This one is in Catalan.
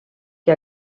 que